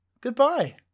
goodbye